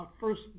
first